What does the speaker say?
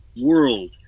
world